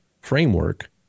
framework